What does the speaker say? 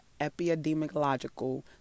epidemiological